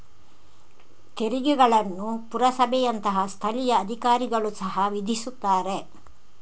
ತೆರಿಗೆಗಳನ್ನು ಪುರಸಭೆಯಂತಹ ಸ್ಥಳೀಯ ಅಧಿಕಾರಿಗಳು ಸಹ ವಿಧಿಸುತ್ತಾರೆ